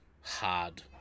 hard